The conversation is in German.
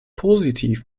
positiv